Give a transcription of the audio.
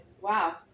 wow